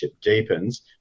deepens